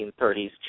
1930s